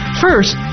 First